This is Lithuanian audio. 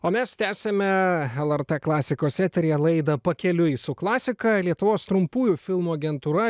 o mes tęsiame lrt klasikos eteryje laidą pakeliui su klasika lietuvos trumpųjų filmų agentūra